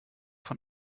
von